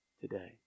today